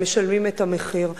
והם משלמים את המחיר.